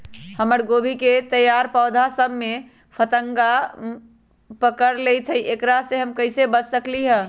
हमर गोभी के तैयार पौधा सब में फतंगा पकड़ लेई थई एकरा से हम कईसे बच सकली है?